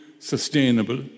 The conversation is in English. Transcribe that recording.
sustainable